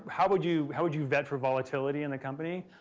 how would you, how would you vet for volatility in a company.